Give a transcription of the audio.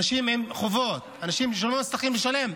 אנשים עם חובות, אנשים לא מצליחים לשלם,